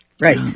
Right